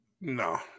No